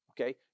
Okay